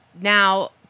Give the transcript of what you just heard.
Now